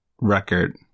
record